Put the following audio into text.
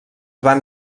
van